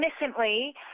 innocently